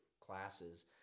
classes